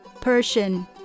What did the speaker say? Persian